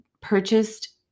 purchased